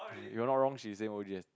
if I'm not wrong she's same O_G as